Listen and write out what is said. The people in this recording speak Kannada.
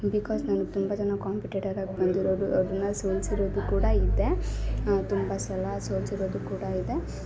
ಬಿಕಾಸ್ ನನ್ಗೆ ತುಂಬಾ ಜನ ಕಾಂಪಿಟೇಟರ್ ಆಗಿ ಬಂದಿರೋರು ಅವ್ರನ್ನು ಸೋಲ್ಸಿರೋದು ಕೂಡ ಇದೆ ತುಂಬಾ ಸಲ ಸೋಲ್ಸಿರೋದು ಕೂಡ ಇದೆ